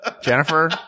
Jennifer